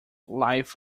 life